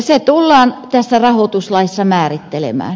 se tullaan tässä rahoituslaissa määrittelemään